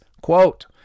quote